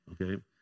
Okay